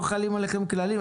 לא חלים עליכם כללים?